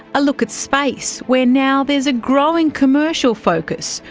a look at space where now there is a growing commercial focus,